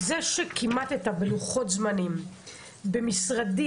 זה שכימתת בלוחות זמנים במשרדים,